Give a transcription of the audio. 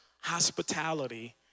hospitality